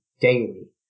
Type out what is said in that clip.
daily